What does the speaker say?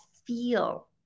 feel